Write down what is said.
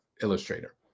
illustrator